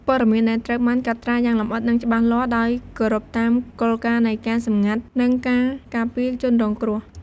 ព័ត៌មានដែលត្រូវបានកត់ត្រាយ៉ាងលម្អិត និងច្បាស់លាស់ ដោយគោរពតាមគោលការណ៍នៃការសម្ងាត់ និងការការពារជនរងគ្រោះ។